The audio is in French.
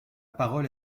parole